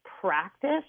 practice